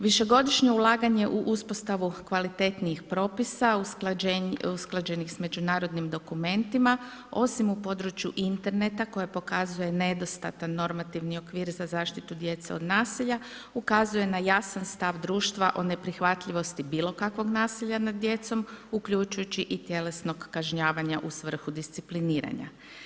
Višegodišnje ulaganje u uspostavu kvalitetnijih propisa usklađenih s međunarodnim dokumentima osim u području interneta koji pokazuje nedostatan normativni okvir za zaštitu djece od nasilja ukazuje na jasan stav društva o neprihvatljivosti bilo kakvog nasilja nad djecom, uključujući i tjelesno kažnjavanje u svrhu discipliniranja.